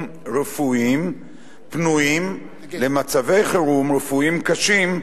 רפואיים פנויים למצבי חירום רפואיים קשים,